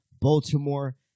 Baltimore